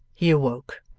he awoke.